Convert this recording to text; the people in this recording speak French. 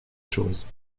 chose